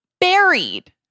buried